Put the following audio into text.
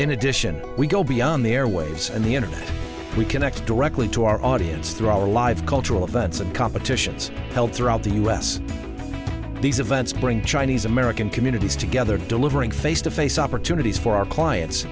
in addition we go beyond the airwaves and the internet we connect directly to our audience through all the live cultural events and competitions held throughout the u s these events bring chinese american communities together delivering face to face opportunities for our clients